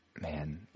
Man